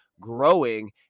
growing